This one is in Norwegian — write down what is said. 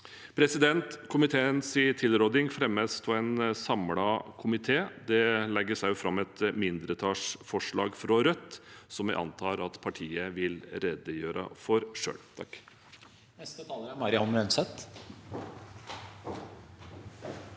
politikere. Komiteens tilråding fremmes av en samlet komité. Det legges også fram et mindretallsforslag fra Rødt, som jeg antar at partiet vil redegjøre for selv. Mari